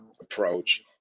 approach